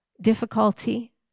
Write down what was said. difficulty